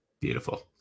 Beautiful